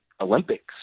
Olympics